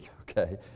Okay